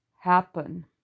happen